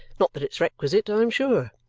not that it's requisite, i am sure,